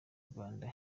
rwanda